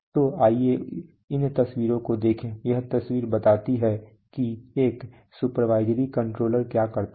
तो आइए इन तस्वीरों को देखें यह तस्वीर बताती है कि एक सुपरवाइजरी कंट्रोलर क्या करता है